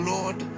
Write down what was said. Lord